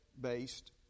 based